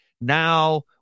Now